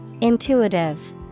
Intuitive